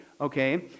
Okay